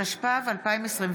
התשפ"ב-2021,